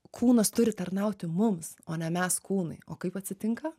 kūnas turi tarnauti mums o ne mes kūnui o kaip atsitinka